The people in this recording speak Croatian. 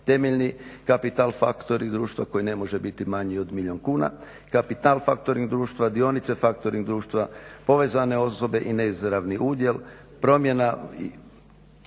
temeljni kapital factoring društva koji ne može biti manji od milijun kuna, kapital factoring društva, dionice factoring društva, povezane osobe i neizravni udjel, promjena